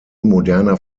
moderner